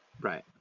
right